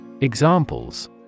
Examples